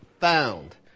found